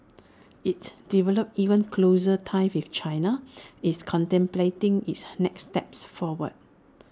it's developed even closer ties with China it's contemplating its next steps forward